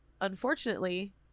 Unfortunately